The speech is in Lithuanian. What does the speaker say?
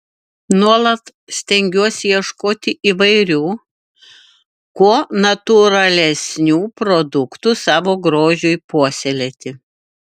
nuolat stengiuosi ieškoti įvairių kuo natūralesnių produktų savo grožiui puoselėti